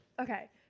Okay